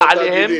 עליהם,